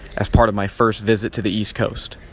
as part of my first visit to the east coast.